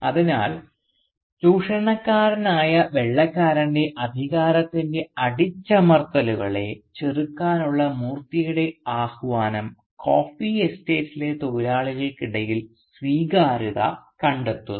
അതിനാൽ ചൂഷണക്കാരനായ വെള്ളക്കാരൻറെ അധികാരത്തിൻറെ അടിച്ചമർത്തലുകളെ ചെറുക്കാനുള്ള മൂർത്തിയുടെ ആഹ്വാനം കോഫി എസ്റ്റേറ്റിലെ തൊഴിലാളികൾക്കിടയിൽ സ്വീകാര്യത കണ്ടെത്തുന്നു